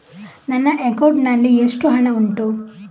ನನ್ನ ಅಕೌಂಟ್ ನಲ್ಲಿ ಎಷ್ಟು ಹಣ ಉಂಟು?